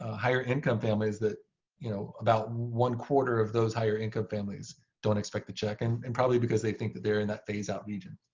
ah higher income families that you know about one four ah of those higher income families don't expect the check. and and probably because they think that they're in that phase out region.